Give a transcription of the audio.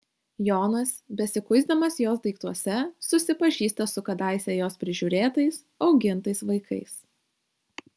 jonas besikuisdamas jos daiktuose susipažįsta su kadaise jos prižiūrėtais augintais vaikais